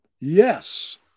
yes